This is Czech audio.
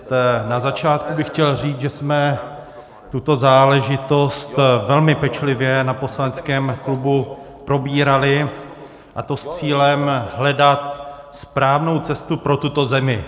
Hned na začátku bych chtěl říct, že jsme tuto záležitost velmi pečlivě na poslaneckém klubu probírali, a to s cílem hledat správnou cestu pro tuto zemi.